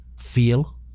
Feel